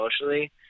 emotionally